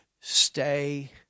stay